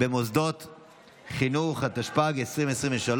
במוסדות חינוך, התשפ"ג 2023,